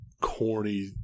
corny